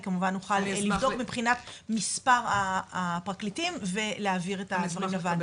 אני כמובן אוכל לבדוק מבחינת מספר הפרקליטים ולהעביר את הדברים לוועדה.